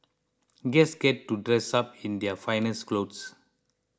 guests get to dress up in their finest clothes